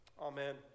amen